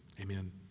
Amen